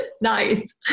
nice